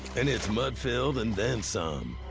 and it's mud-filled and then some.